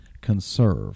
conserve